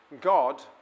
God